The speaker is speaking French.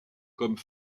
comme